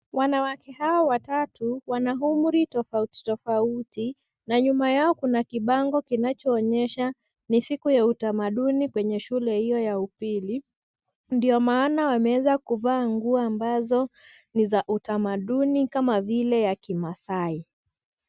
Wanawake hao watatu wana umri tofauti tofauti na nyuma yao kuna kibango kinachoonyesha ni siku ya utamanduni kwenye shule io ya upili, ndio maana wameweza kuvaa nguo ambazo ni za utamanduni kama vile ya kimasai.